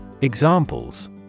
Examples